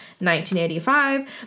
1985